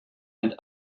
and